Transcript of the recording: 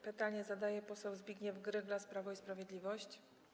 Pytanie zadaje poseł Zbigniew Gryglas, Prawo i Sprawiedliwość.